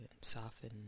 soften